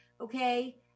okay